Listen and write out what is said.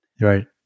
Right